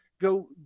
Go